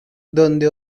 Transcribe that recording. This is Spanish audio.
donde